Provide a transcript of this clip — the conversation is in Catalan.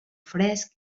fresc